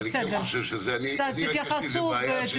אבל אני קצת חושב שאני לי בעיה של זמנים בגלל דיון.